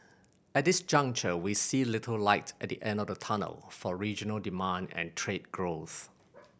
at this juncture we see little light at the end of the tunnel for regional demand and trade growth